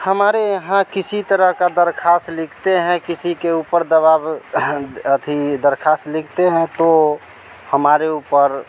हमारे यहाँ किसी तरह की दरख़्वास्त लिखते हैं किसी के ऊपर दावा व अभी दरख़्वास्त लिखते हैं तो हमारे ऊपर